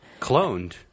Cloned